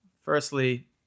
Firstly